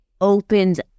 opens